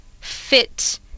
fit